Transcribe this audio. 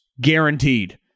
Guaranteed